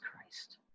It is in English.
Christ